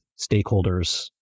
stakeholders